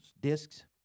discs